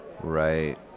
right